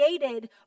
created